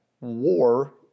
War